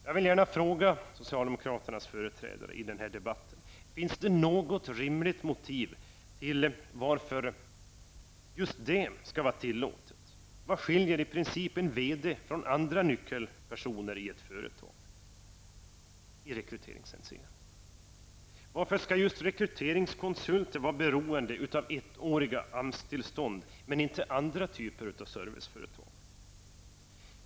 Jag vill gärna fråga socialdemokraternas företrädare i denna debatt: Finns det något rimligt motiv till varför just detta skall vara tillåtet? Vad finns det för principiell skillnad i rekryteringshänseende mellan en VD och andra nyckelpersoner i ett företag? Varför skall just rekryteringskonsulter vara beroende av ettåriga AMS-tillstånd men andra typer av serviceföretag?